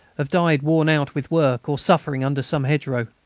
have died worn out with work or suffering under some hedgerow.